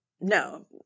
No